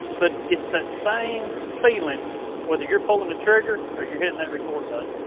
but it's that same feeling whether you're pulling the trigger or you're hitting that record but